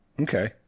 Okay